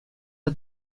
are